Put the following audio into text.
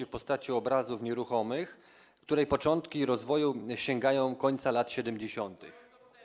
w postaci obrazów nieruchomych, której początki rozwoju sięgają końca lat 70.